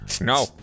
No